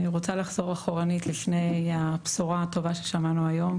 אני רוצה לחזור אחורנית לפני הבשורה הטובה ששמענו היום,